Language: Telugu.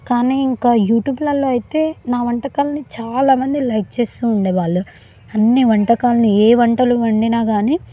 కానీ ఇంకా యూట్యూబ్లలో అయితే నా వంటకాలని చాలా మంది లైక్ చేస్తూ ఉండేవాళ్ళు అన్ని వంటకాలని ఏ వంటలు వండినా కానీ